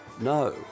No